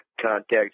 contact